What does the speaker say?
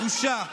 בושה.